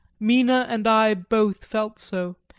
mina and i both felt so,